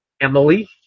Emily